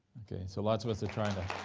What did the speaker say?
okay, so lots of us are trying to